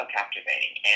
captivating